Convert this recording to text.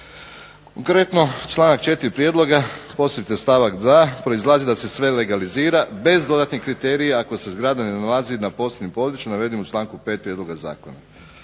Konkretno članak 4. prijedloga posebice stavak 2. proizlazi da se sve legalizira, bez dodatnih kriterija, ako se zgrada ne nalazi na posebnom području navedenom u članku 5. prijedloga zakona.